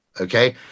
okay